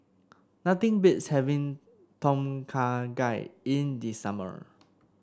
nothing beats having Tom Kha Gai in the summer